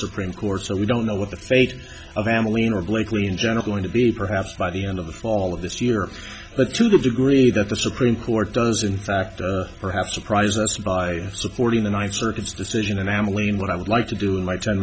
supreme court so we don't know what the fate of hamelin or blakeley in general going to be perhaps by the end of the fall of this year but to the degree that the supreme court does in fact perhaps surprise us by supporting the ninth circuit's decision and i am elaine what i would like to do in my ten